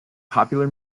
popular